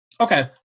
okay